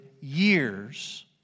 years